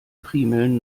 primeln